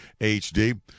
HD